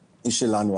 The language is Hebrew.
שלנו.